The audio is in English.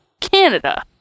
Canada